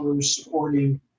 supporting